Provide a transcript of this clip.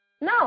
No